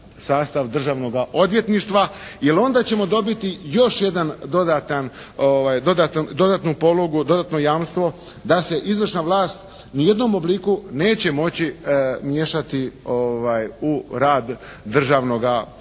sastav Državnoga odvjetništva jer onda ćemo dobiti još jedan dodatnu polugu, dodatno jamstvo da se izvršna vlast ni u jednom obliku neće moći miješati u rad Državnoga odvjetništva.